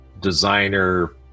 designer